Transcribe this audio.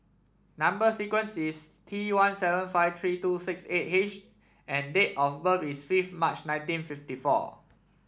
number sequence is T one seven five three two six eight H and date of birth is fifth March nineteen fifty four